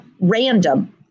random